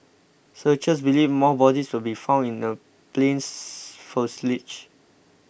searchers believe more bodies will be found in the plane's fuselage